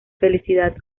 felicidad